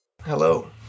Hello